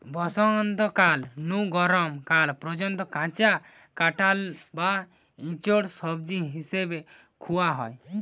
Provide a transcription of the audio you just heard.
বসন্তকাল নু গরম কাল পর্যন্ত কাঁচা কাঁঠাল বা ইচোড় সবজি হিসাবে খুয়া হয়